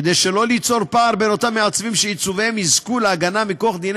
כדי שלא ליצור פער בין אותם מעצבים שעיצוביהם יזכו להגנה מכוח דיני